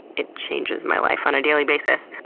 it changes my life on a daily basis.